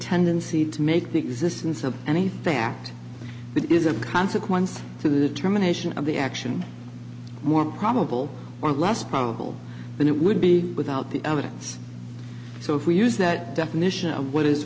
tendency to make the existence of anything act but is a consequence to the determination of the action more probable or less probable than it would be without the evidence so if we use that definition of what is